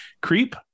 creep